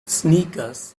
sneakers